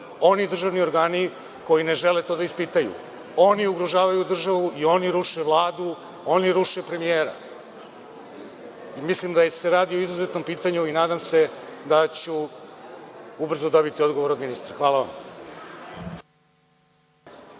oni državni organi koji ne žele to da ispitaju. Oni ugrožavaju državu i oni ruše Vladu, oni ruše premijera. Mislim da se radi o izuzetnom pitanju i nadam se da ću ubrzo dobiti odgovor od ministra. Hvala vam.